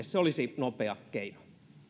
se olisi nopea keino